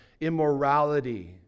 immorality